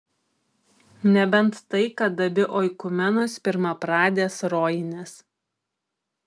nebent tai kad abi oikumenos pirmapradės rojinės